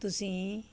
ਤੁਸੀਂ